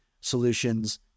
solutions